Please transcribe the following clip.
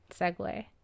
segue